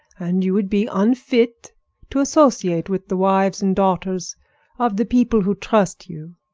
and you would be unfit to associate with the wives and daughters of the people who trust you.